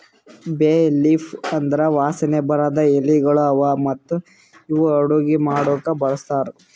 ಬೇ ಲೀಫ್ ಅಂದುರ್ ವಾಸನೆ ಬರದ್ ಎಲಿಗೊಳ್ ಅವಾ ಮತ್ತ ಇವು ಅಡುಗಿ ಮಾಡಾಕು ಬಳಸ್ತಾರ್